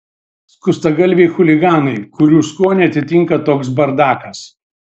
skustagalviai chuliganai kurių skonį atitinka toks bardakas